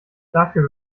dafür